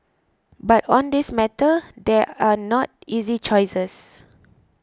but on this matter there are not easy choices